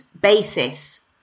basis